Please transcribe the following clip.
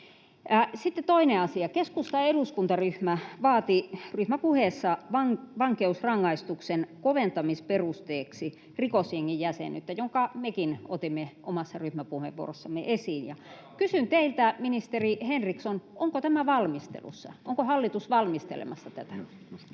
Sitten toinen asia: Keskustan eduskuntaryhmä vaati ryhmäpuheessaan vankeusrangaistuksen koventamisperusteeksi rikosjengin jäsenyyttä, jonka mekin otimme omassa ryhmäpuheenvuorossamme esiin. [Keskeltä: Hyvä kanta!] Kysyn teiltä, ministeri Henriksson: onko tämä valmistelussa, onko hallitus valmistelemassa tätä?